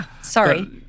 Sorry